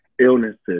Illnesses